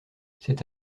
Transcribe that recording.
cet